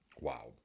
Wow